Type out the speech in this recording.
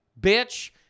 bitch